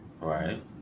right